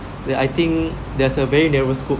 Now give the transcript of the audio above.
the I think there's a very narrow scope